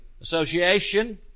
association